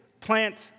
plant